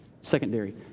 secondary